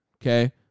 Okay